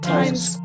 Times